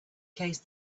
case